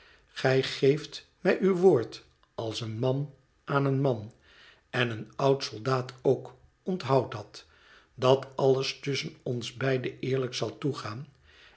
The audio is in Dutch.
gij geeft mij uw woord als een man aan een man en een oud soldaat ook onthoud dat dat alles tusschen ons beide eerlijk zal toegaan